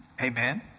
Amen